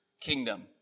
kingdom